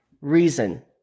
reason